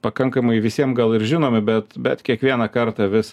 pakankamai visiem gal ir žinomi bet bet kiekvieną kartą vis